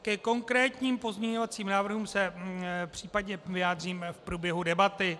Ke konkrétním pozměňovacím návrhům se případně vyjádřím v průběhu debaty.